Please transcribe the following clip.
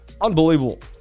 Unbelievable